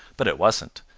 but it wasn't,